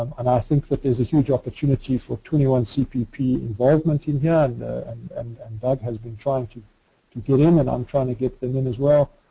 um and i think there's a huge opportunity for twenty one cpp involvement in here and and doug has been trying to to get in and i'm trying to get them in as well.